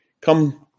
come